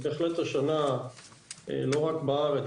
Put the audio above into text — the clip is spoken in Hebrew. בהחלט השנה לא רק בארץ,